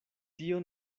tio